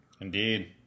Indeed